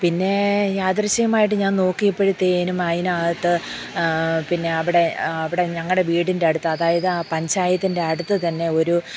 പിന്നെ യാദൃശ്യമായിട്ട് ഞാൻ നോക്കിയപ്പഴത്തേക്കും അതിനകത്ത് പിന്നെ അവിടെ അവിടെ ഞങ്ങളുടെ വീടിൻ്റെ അടുത്ത് അതായത് ആ പഞ്ചായത്തിൻ്റെ അടുത്ത് തന്നെ ഒരു